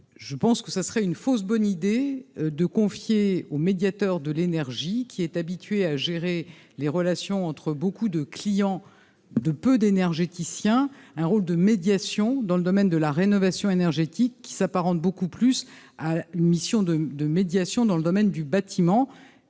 je pense que ça serait une fausse bonne idée de confier au médiateur de l'énergie qui est habitué à gérer les relations entre beaucoup de clients de peu d'énergéticiens, un rôle de médiation dans le domaine de la rénovation énergétique qui s'apparente beaucoup plus à la mission de de médiation dans le domaine du bâtiment,